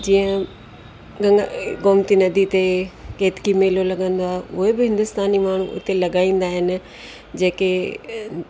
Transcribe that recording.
जीअं गंगा गोमती नदी ते केतकी मेलो लॻंदो आहे उहे बि हिन्दुस्तानी मण्हू उते लॻाईंदा आहिनि जेके